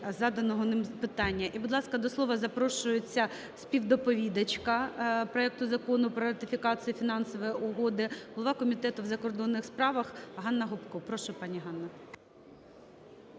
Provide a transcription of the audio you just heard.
заданого ним питання. І, будь ласка, до слова запрошується співдоповідачка проекту Закону про ратифікацію Фінансової угоди, голова Комітету в закордонних справах ГаннаГопко. Прошу, пані Ганно.